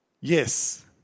Yes